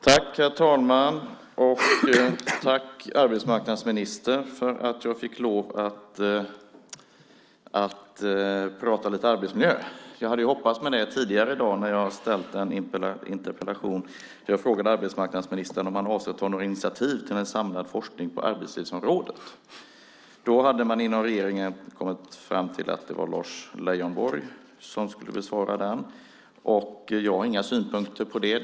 Herr talman! Tack, arbetsmarknadsministern, för att jag fick prata lite arbetsmiljö. Jag hade hoppats på det tidigare i dag när jag ställde en interpellation. Jag frågade arbetsmarknadsministern om han avsåg att ta initiativ till en samlad forskning på arbetslivsområdet. Då hade man inom regeringen kommit fram till att det var Lars Leijonborg som skulle svara på den. Jag har inga synpunkter på det.